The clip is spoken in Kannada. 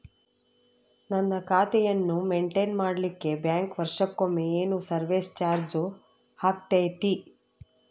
ನನ್ನ ಖಾತೆಯನ್ನು ಮೆಂಟೇನ್ ಮಾಡಿಲಿಕ್ಕೆ ಬ್ಯಾಂಕ್ ವರ್ಷಕೊಮ್ಮೆ ಏನು ಸರ್ವೇಸ್ ಚಾರ್ಜು ಹಾಕತೈತಿ?